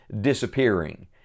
disappearing